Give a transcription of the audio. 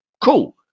Cool